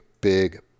big